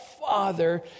Father